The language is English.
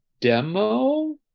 demo